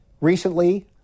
Recently